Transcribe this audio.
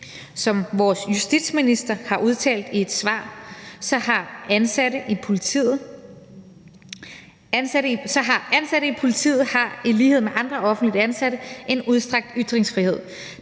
Som vores justitsminister har udtalt i et svar, har ansatte i politiet i lighed med andre offentligt ansatte en udstrakt ytringsfrihed.